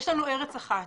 יש לנו ארץ אחת,